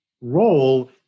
role